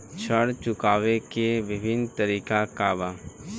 ऋण चुकावे के विभिन्न तरीका का बा?